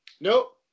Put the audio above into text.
Nope